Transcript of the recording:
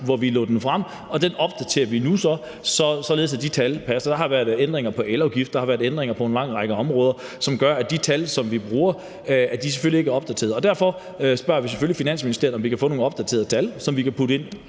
vi lagde den frem – at vi nu opdaterer den, således at de tal passer. Der har været ændringer af elafgifter og på en lang række områder, som gør, at de tal, som vi bruger, selvfølgelig ikke er opdateret. Og derfor spørger vi selvfølgelig Finansministeriet, om vi kan få nogle opdaterede tal, som vi kan putte ind.